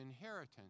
inheritance